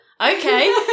Okay